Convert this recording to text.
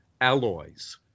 Alloys